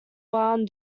barn